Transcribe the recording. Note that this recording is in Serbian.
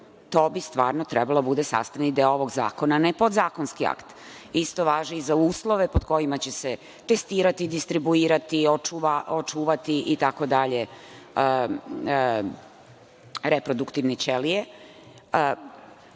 to bi stvarno trebalo da bude sastavni deo ovog zakona, a ne podzakonski akt. Isto važi i za uslove pod kojima će se testirati, distribuirati, očuvati itd. reproduktivne ćelije.